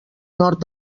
nord